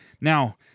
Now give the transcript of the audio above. Now